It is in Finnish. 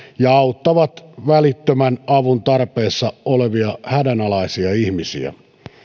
ja auttavat välittömän avun tarpeessa olevia hädänalaisia ihmisiä